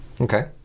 Okay